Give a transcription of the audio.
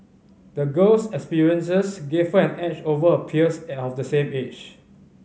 the girl's experiences gave her an edge over her peers at of the same age